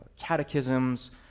catechisms